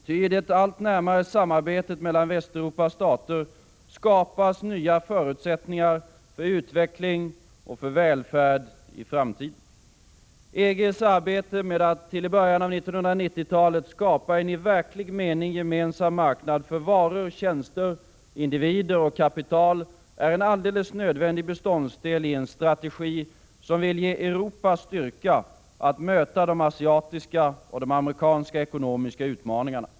Ty i det allt närmare samarbetet mellan Västeuropas stater skapas nya förutsättningar för utveckling och välfärd i framtiden. EG:s arbete med att till i början av 1990-talet skapa en i verklig mening gemensam marknad för varor, tjänster, individer och kapital är en alldeles nödvändig beståndsdel i en strategi som vill ge Europa styrka att möta de asiatiska och amerikanska ekonomiska utmaningarna.